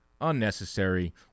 unnecessary